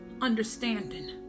understanding